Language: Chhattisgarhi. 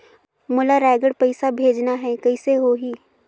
मोला रायगढ़ पइसा भेजना हैं, कइसे होही?